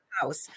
house